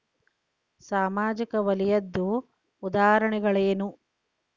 ಸಾಮಾಜಿಕ ವಲಯದ್ದು ಉದಾಹರಣೆಗಳೇನು?